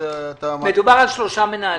מדובר על שלושה מנהלים.